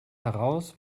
heraus